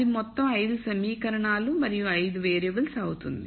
అది మొత్తం 5 సమీకరణాలు మరియు 5 వేరియబుల్స్ అవుతుంది